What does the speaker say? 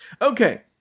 Okay